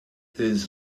his